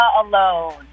alone